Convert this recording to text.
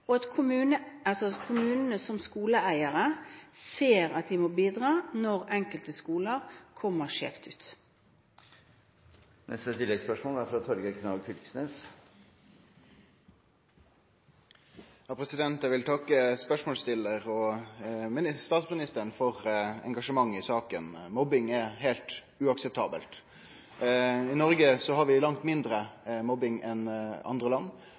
og at kommunene som skoleeiere ser at de må bidra når enkelte skoler kommer skjevt ut. Torgeir Knag Fylkesnes – til oppfølgingsspørsmål. Eg vil takke spørsmålsstillaren og statsministeren for engasjementet i saka. Mobbing er heilt uakseptabelt. I Noreg har vi langt mindre mobbing enn i andre land,